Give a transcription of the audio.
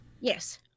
yes